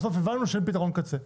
בסוף הבנו שאין פתרון קצה.